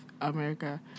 America